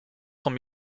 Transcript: sont